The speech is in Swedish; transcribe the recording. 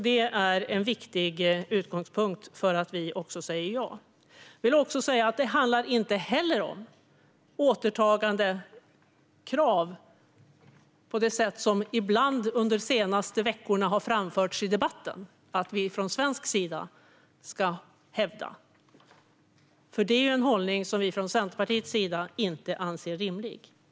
Det är en viktig utgångspunkt för att vi ska säga ja. Det handlar inte heller om återtagandekrav på det sätt som ibland under de senaste veckorna har framförts i debatten att vi från svensk sida hävdar. Det är en hållning som vi från Centerpartiets sida inte anser rimlig.